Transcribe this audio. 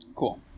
Cool